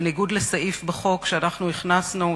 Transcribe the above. בניגוד לסעיף בחוק שאנחנו הכנסנו,